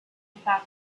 without